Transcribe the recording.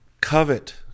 Covet